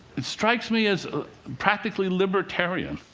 it strikes me as practically libertarian.